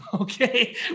okay